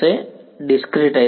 વિદ્યાર્થી ડિસ્ક્રિટાઇઝ